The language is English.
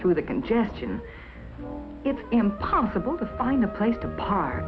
through the congestion it's impossible to find a place to park